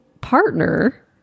partner